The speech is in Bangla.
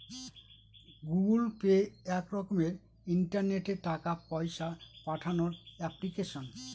গুগল পে এক রকমের ইন্টারনেটে টাকা পয়সা পাঠানোর এপ্লিকেশন